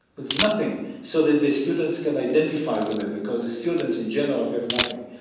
with nothing, so that the students can identify with them, because students in general have nothing.